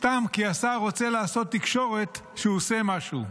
סתם כי השר רוצה לעשות תקשורת כשהוא עושה משהו.